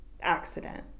accident